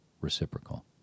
reciprocal